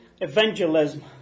evangelism